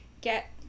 get